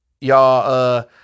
Y'all